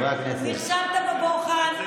נכשלת בבוחן.